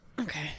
Okay